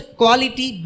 quality